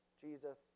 Jesus